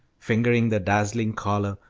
fingering the dazzling collar,